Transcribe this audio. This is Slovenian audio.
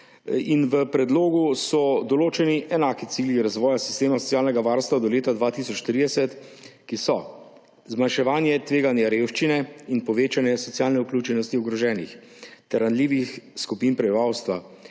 V predlogu so določeni enaki cilji razvoja sistema socialnega varstva do leta 2030, ki so: zmanjševanje tveganja revščine in povečanje socialne vključenosti ogroženih ter ranljivih skupin prebivalstva